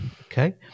okay